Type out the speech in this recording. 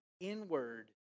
inward